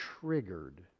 triggered